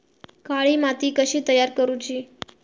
काळी माती कशी तयार करूची?